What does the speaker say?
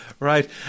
Right